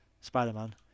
Spider-Man